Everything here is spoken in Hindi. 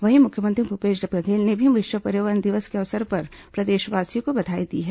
वहीं मुख्यमंत्री भूपेश बघेल ने भी विश्व पर्यावरण दिवस के अवसर पर प्रदेशवासियों को बधाई दी है